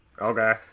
okay